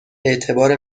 اعتبار